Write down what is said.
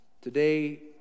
Today